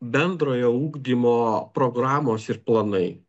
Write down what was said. bendrojo ugdymo programos ir planai